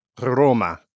Roma